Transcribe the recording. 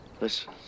Listen